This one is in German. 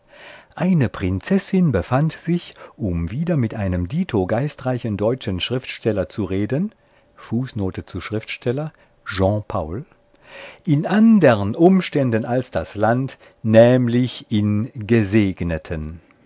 eine prinzessin befand sich um wieder mit einem dito geistreichen deutschen schriftsteller zu reden in andern umständen als das land nämlich in gesegneten